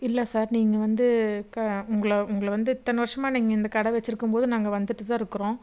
இல்லை சார் நீங்கள் வந்து க உங்களை உங்களை வந்து இத்தனை வருஷமா நீங்கள் இந்த கடை வச்சுருக்கும் போது நாங்கள் வந்துட்டு தான் இருக்கிறோம்